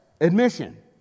admission